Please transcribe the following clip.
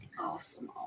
Awesome